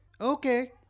Okay